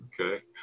Okay